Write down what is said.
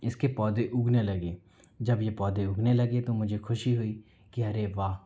इसके पौधे उगने लगे जब यह पौधे उगने लगे तो मुझे खुशी हुई कि अरे वाह